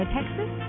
Texas